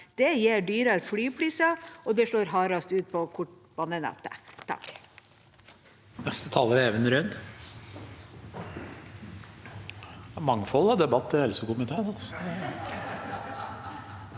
Det gir høyere flypriser, og det slår hardest ut på kortbanenettet.